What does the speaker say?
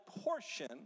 portion